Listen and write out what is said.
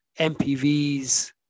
MPVs